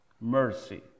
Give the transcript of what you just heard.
Mercy